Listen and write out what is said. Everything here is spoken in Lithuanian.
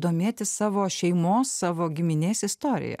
domėtis savo šeimos savo giminės istorija